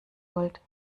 wollt